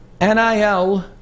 NIL